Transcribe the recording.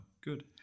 good